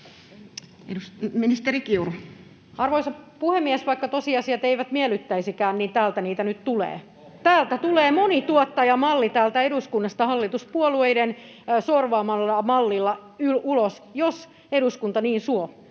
Ministeri Kiuru. Arvoisa puhemies! Vaikka tosiasiat eivät miellyttäisikään, niin täältä niitä nyt tulee. Täältä eduskunnasta tulee monituottajamalli hallituspuolueiden sorvaamalla mallilla ulos, jos eduskunta niin suo,